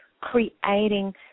creating